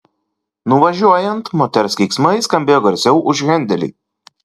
nuvažiuojant moters keiksmai skambėjo garsiau už hendelį